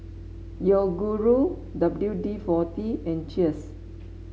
Yoguru W D forty and Cheers